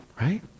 Right